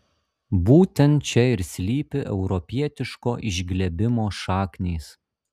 būtent čia ir slypi europietiško išglebimo šaknys